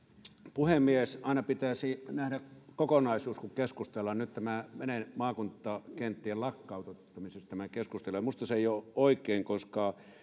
puhemies aina pitäisi nähdä kokonaisuus kun keskustellaan nyt tämä keskustelu menee maakuntakenttien lakkauttamiseen ja minusta se ei ole oikein koska